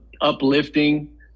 uplifting